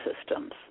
systems